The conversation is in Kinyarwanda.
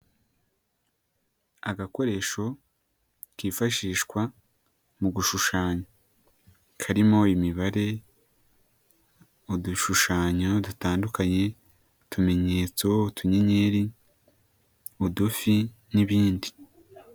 Agakoresho kifashishwa mu gushushanya, karimo imibare, udushushanyo dutandukanye, utumenyetso, utunyenyeri, udufi n'ibindi.